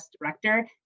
director